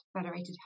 Federated